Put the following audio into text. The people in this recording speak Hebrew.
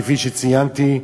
כפי שציינתי,